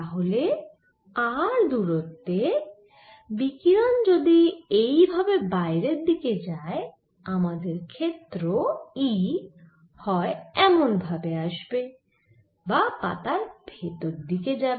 তাহলে r দূরত্বে বিকিরণ যদি এই ভাবে বাইরের দিকে যায় আমাদের E ক্ষেত্র হয় এমন ভাবে আসবে বা পাতার ভেতর দিকে যাবে